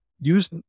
use